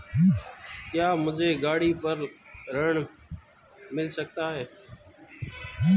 क्या मुझे गाड़ी पर ऋण मिल सकता है?